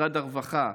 משרד הרווחה,